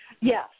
Yes